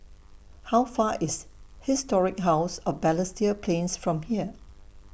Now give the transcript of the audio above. How Far IS Historic House of Balestier Plains from here